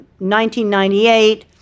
1998